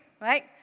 right